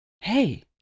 Hey